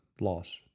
loss